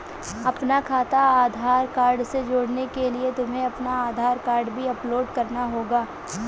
अपना खाता आधार कार्ड से जोड़ने के लिए तुम्हें अपना आधार कार्ड भी अपलोड करना होगा